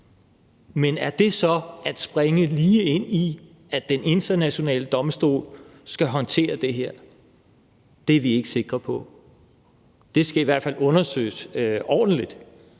Men er det så at springe lige ind i, at den internationale domstol skal håndtere det her? Det er vi ikke sikre på. Det skal i hvert fald undersøges ordentligt.